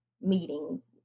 meetings